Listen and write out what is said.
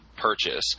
purchase